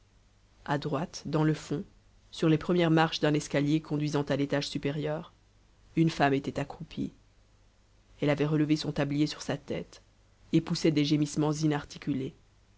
à droite dans le fond sur les premières marches d'un escalier conduisant à l'étage supérieur une femme était accroupie elle avait relevé son tablier sur sa tête et poussait des gémissements